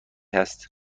هست